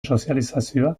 sozializazioa